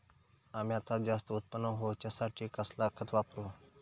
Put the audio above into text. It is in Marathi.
अम्याचा जास्त उत्पन्न होवचासाठी कसला खत वापरू?